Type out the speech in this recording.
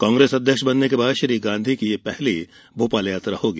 कांग्रेस अध्यक्ष बनने के बाद श्री गांधी की यह पहली भोपाल यात्रा होगी